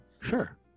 sure